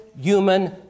human